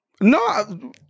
No